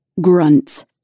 Grunts